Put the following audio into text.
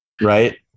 right